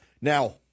Now